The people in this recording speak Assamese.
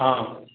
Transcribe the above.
অঁ